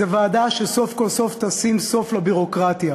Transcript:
זו ועדה שסוף כל סוף תשים סוף לביורוקרטיה.